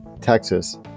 Texas